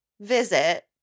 visit